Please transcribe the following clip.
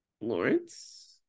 Lawrence